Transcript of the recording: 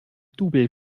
double